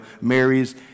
Mary's